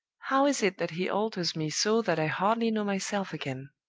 how is it that he alters me so that i hardly know myself again?